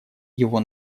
его